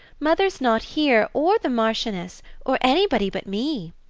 mother's not here, or the marchioness or anybody but me.